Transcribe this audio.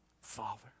Father